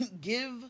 give